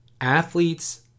athletes